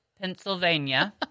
Pennsylvania